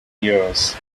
yours